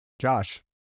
Josh